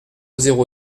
zéro